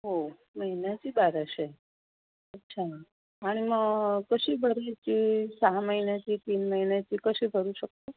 हो महिन्याची बाराशे अच्छा आणि मग कशी भरायची सहा महिन्याची तीन महिन्याची कशी भरू शकतो